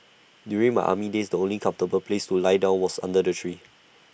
during my army days the only comfortable place to lie down was under the tree